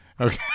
Okay